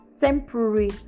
temporary